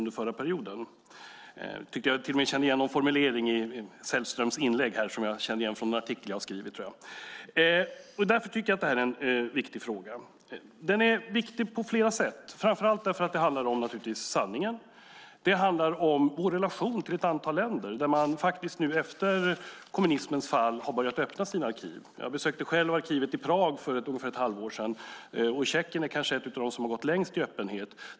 Jag tycker mig till och med i Sällströms inlägg här känna igen någon formulering som jag haft i någon artikel som jag skrivit. Jag tycker alltså att det som här tas upp är en viktig fråga. Frågan är viktig på flera sätt, framför allt naturligtvis därför att det handlar om sanningen. Det handlar om vår relation till ett antal länder där man efter kommunismens fall nu faktiskt börjat öppna sina arkiv. För ungefär ett halvår sedan besökte jag arkivet i Prag. Tjeckien är kanske ett av de länder som gått längst i öppenhet.